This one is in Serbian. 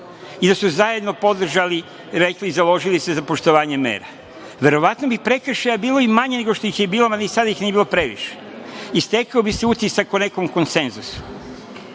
i da su zajedno podržali, rekli i založili se za poštovanje mera? Verovatno bi prekršaja bilo i manje nego što ih je bilo, mada i sada nije bilo previše i stekao bi se utisak o nekom konsenzusu. Dakle,